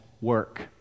work